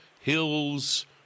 hills